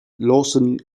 lawson